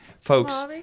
folks